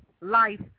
life